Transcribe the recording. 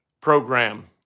program